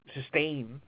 sustain